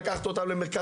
יש בעיה